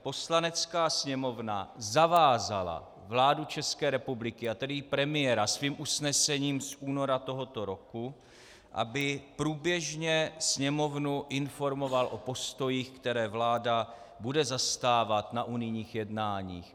Poslanecká sněmovna zavázala vládu České republiky, a tedy i premiéra, svým usnesením z února letošního roku, aby průběžně Sněmovnu informoval o postojích, která vláda bude zastávat na unijních jednáních.